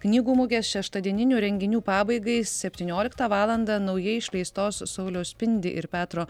knygų mugės šeštadieninių renginių pabaigai septynioliktą valandą naujai išleistos sauliaus spindi ir petro